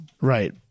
Right